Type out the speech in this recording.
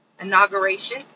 inauguration